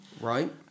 right